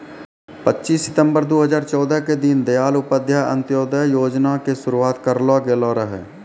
पच्चीस सितंबर दू हजार चौदह के दीन दयाल उपाध्याय अंत्योदय योजना के शुरुआत करलो गेलो रहै